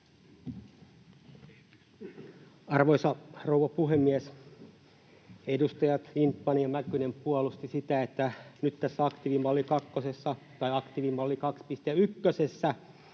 Arvoisa rouva puhemies! Edustajat Lindtman ja Mäkynen puolustivat sitä, että nyt tässä aktiivimalli